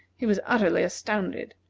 he was utterly astounded,